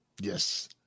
Yes